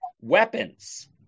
weapons